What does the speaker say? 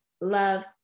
love